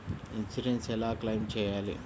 Insurance ఎలా claim చేయాలి?